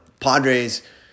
padres